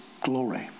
glory